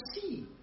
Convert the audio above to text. see